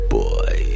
boy